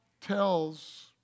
tells